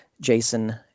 Jason